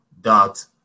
dot